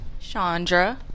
Chandra